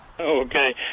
Okay